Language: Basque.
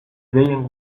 gehien